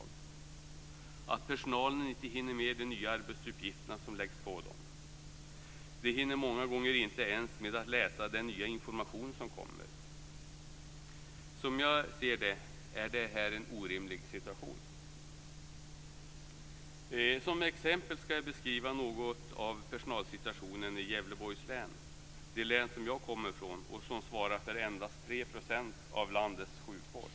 Jag får höra att personalen inte hinner med de nya arbetsuppgifter som läggs på dem. De hinner många gånger inte ens med att läsa den nya information som kommer. Som jag ser det är det här en orimlig situation. Som exempel skall jag beskriva något av personalsituationen i Gävleborgs län, det län som jag kommer från och som svarar för endast 3 % av landets sjukvård.